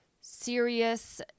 serious